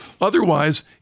Otherwise